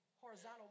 horizontal